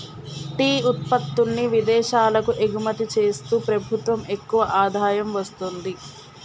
tea ఉత్పత్తుల్ని విదేశాలకు ఎగుమతి చేస్తూ ప్రభుత్వం ఎక్కువ ఆదాయం వస్తుంది